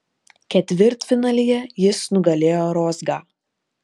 ketvirtfinalyje jis nugalėjo rozgą